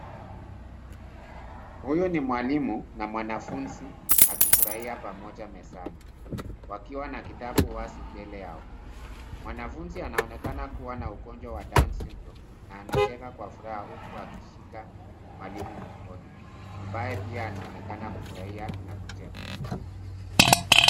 Huyu ni mwalimu, na mwanafunzi, akifurahia pamoja mezani, wakiwa na kitabu wazi, mbele yao. Mwanafunzi anaonekana kuwa na ugonjwa wa down's syndrome na anacheka kwa furaha huku akishika mwalimu mkono, ambaye pia anaonekana kufurahia, na kucheka.